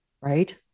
right